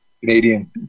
Canadian